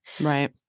Right